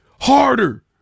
harder